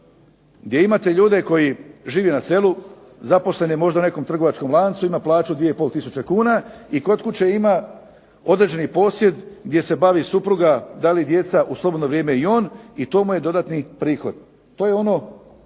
gdje imate ljude koji žive na selu, zaposlen je možda u nekom trgovačkom lancu, ima plaću 2 i pol tisuće kuna i kod kuće ima određeni posjed gdje se bavi supruga, da li djeca u slobodno vrijeme i on i to mu je dodatni prihod. To je ono